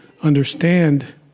understand